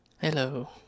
Hello